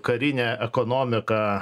karinę ekonomiką